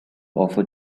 offer